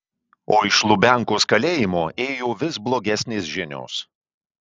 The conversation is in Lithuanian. o iš lubiankos kalėjimo ėjo vis blogesnės žinios